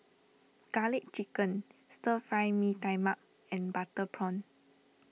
Garlic Chicken Stir Fry Mee Tai Mak and Butter Prawn